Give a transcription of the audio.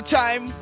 time